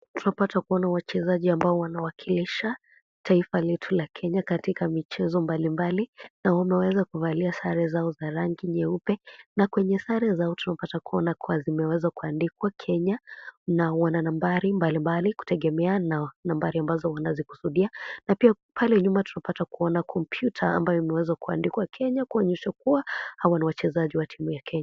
Tunapata kuona wachezaji ambao wanawakilisha taifa letu la Kenya katika michezo mbalimbali. Na wameweza kuvalia sare zao za rangi nyeupe na kwenye sare zao tunapata kuona kuwa zimeweza kuandikwa Kenya na wana nambari mbali mbali kutegemea na nambari ambazo wanakusudia. Na pia pale nyuma tunapata kuona kompyuta ambayo imeweza kuandikwa Kenya kwenye jukwaa. Hawa ni wachezaji wa timu ya Kenya.